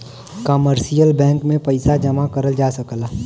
commercial bank में पइसा जमा करल जा सकला